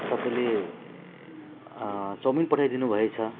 तपाईँले चाउमिन पठाइदिनु भएछ